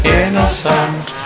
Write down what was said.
innocent